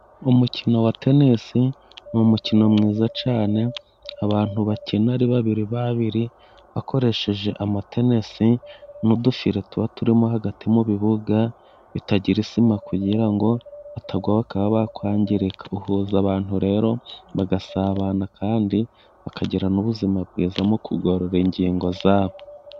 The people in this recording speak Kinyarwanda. Umukino wa tenisi ni umukino mwiza cyane, abantu bakina ari babiri babiri bakoresheje amatenesi, n'udupira tuba turimo hagati mu bibuga bitagira isima. Kugira ngo batagwa bakwangirika. Uhuza abantu bagasabana, kandi bakagira n'ubuzima bwiza mu kugorora ingingo zabo.